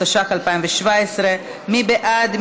התשע"ח 2017. מי בעד?